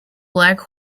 black